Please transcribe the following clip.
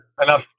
enough